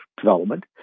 development